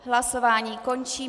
Hlasování končím.